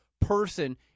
person